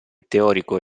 teorico